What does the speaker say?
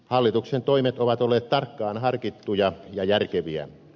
hallituksen toimet ovat olleet tarkkaan harkittuja ja järkeviä